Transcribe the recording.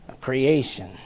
creation